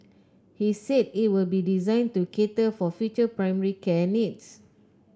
he said it will be designed to cater for future primary care needs